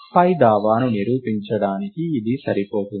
పై దావాను నిరూపించడానికి ఇది సరిపోతుంది